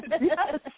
Yes